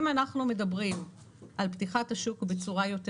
אם אנחנו מדברים על פתיחת השוק בצורה יותר